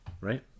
right